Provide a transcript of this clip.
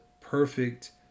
perfect